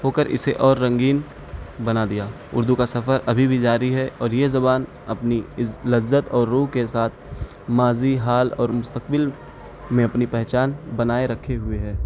ہو کر اسے اور رنگین بنا دیا اردو کا سفر ابھی بھی جاری ہے اور یہ زبان اپنی لذت اور روح کے ساتھ ماضی حال اور مستقبل میں اپنی پہچان بنائے رکھے ہوئے ہے